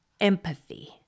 Empathy